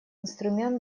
инструмент